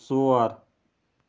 ژور